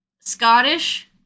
Scottish